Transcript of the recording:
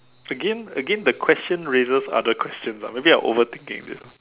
again again the question raises other questions ah maybe I'm overthinking in this